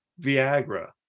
Viagra